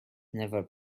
never